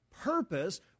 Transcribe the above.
purpose